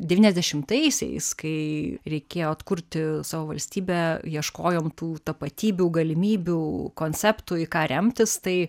devyniasdešimtaisiais kai reikėjo atkurti savo valstybę ieškojom tų tapatybių galimybių konceptų į ką remtis tai